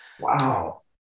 wow